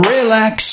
Relax